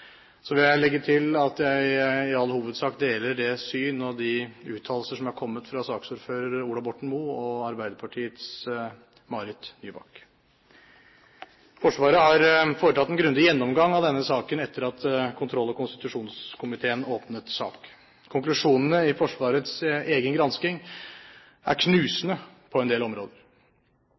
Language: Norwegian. Så vil jeg legge til at jeg i all hovedsak deler de uttalelser – og det syn – som er kommet fra saksordfører Ola Borten Moe og Arbeiderpartiets Marit Nybakk. Forsvaret har foretatt en grundig gjennomgang av denne saken etter at kontroll- og konstitusjonskomiteen åpnet sak. Konklusjonene i Forsvarets egen gransking er knusende på en del områder,